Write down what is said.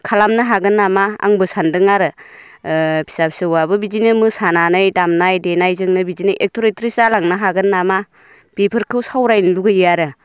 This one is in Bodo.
खालामनो हागोन नामा आंबो सानदों आरो ओ फिसा फिसौआबो बिदिनो मोसानानै दामनाय देनायजोंनो बिदिनो एक्टर एक्ट्रेस जालांनो हागोन नामा बेफोरखौ सावरायनो लुगैयो आरो